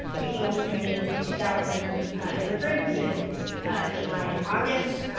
picking up as many as two thousand immigrants in july and august